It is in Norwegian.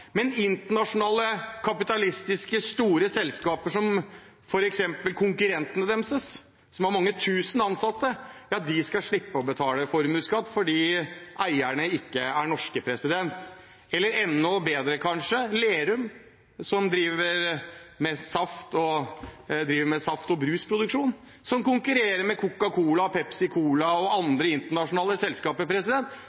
Men internasjonale kapitalistiske store selskaper som f.eks. konkurrentene deres, som har mange tusen ansatte, skal slippe å betale formuesskatt fordi eierne ikke er norske – eller kanskje enda bedre: Lerum, som driver med saft- og brusproduksjon, som konkurrerer med Coca-Cola, Pepsi Cola og